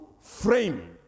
frame